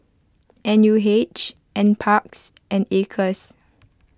N U H N Parks and Acres